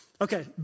Okay